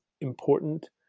important